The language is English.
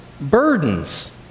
burdens